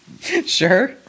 Sure